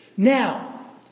Now